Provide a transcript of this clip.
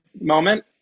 moment